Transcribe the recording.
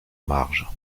marge